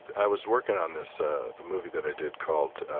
i was working on this ah movie that i did called